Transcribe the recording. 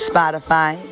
Spotify